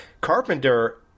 Carpenter